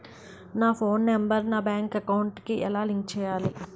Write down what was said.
నా phone number నా bank account కి ఎలా లింక్ చేయాలి?